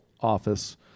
Office